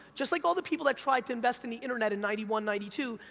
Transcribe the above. just like all the people that tried to invest in the internet in ninety one, ninety two,